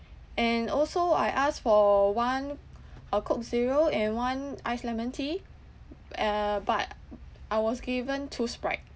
and also I asked for one uh coke zero and one ice lemon tea uh but I was given two sprite